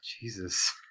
Jesus